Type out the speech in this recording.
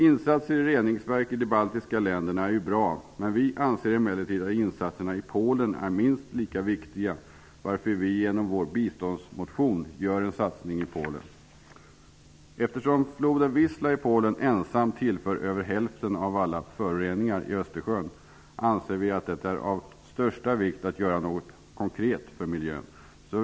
Insatser i reningsverk i de baltiska länderna är bra, men vi anser emellertid att insatserna i Polen är minst lika viktiga, varför vi i vår biståndsmotion föreslår en satsning i Polen. Eftersom floden Wisla i Polen ensam tillför över hälften av alla föroreningar i Östersjön anser vi att det är av största vikt att göra något konkret för miljön.